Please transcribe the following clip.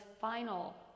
final